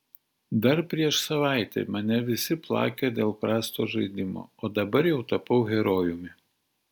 dar prieš savaitę mane visi plakė dėl prasto žaidimo o dabar jau tapau herojumi